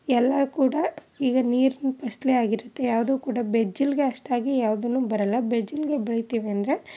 ಎಲ್ಲ ಕೂಡ ಈಗ ನೀರ್ನ ಫಸಲೇ ಆಗಿರುತ್ತೆ ಯಾವುದೂ ಕೂಡ ಬೆಜ್ಜಿಲ್ಗೆ ಅಷ್ಟಾಗಿ ಯಾವ್ದೂ ಬರಲ್ಲ ಬೆಜಿಲ್ಗೆ ಬೆಳಿತೀವಿ ಅಂದರೆ